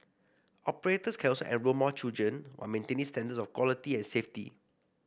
operators can also enrol more children while maintaining standards of quality and safety